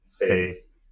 faith